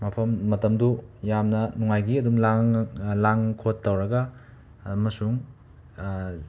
ꯃꯐꯝ ꯃꯇꯝꯗꯨ ꯌꯥꯝꯅ ꯅꯨꯡꯉꯥꯏꯈꯤ ꯑꯗꯨꯝ ꯂꯥꯡꯉ ꯂꯥꯡ ꯈꯣꯠ ꯇꯧꯔꯒ ꯑꯃꯁꯨꯡ